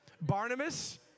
Barnabas